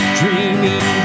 dreaming